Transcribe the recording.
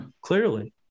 Clearly